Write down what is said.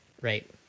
right